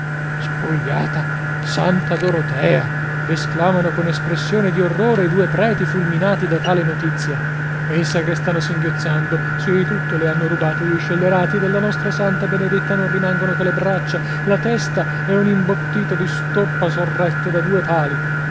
spogliata santa dorotea esclamano con espressione di orrore i due preti fulminati da tale notizia e il sagrestano singhiozzando sì tutto le han rubato gli scellerati della nostra santa benedetta non rimangono che le braccia la testa e un imbottito di stoppa sorretto da due pali